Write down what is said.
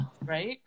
right